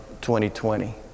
2020